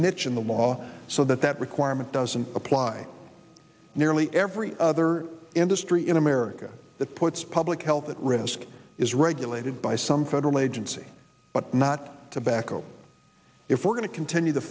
niche in the law so that that requirement doesn't apply nearly every other industry in america that puts public health at risk is regulated by some federal agency but not tobacco if we're going to continue t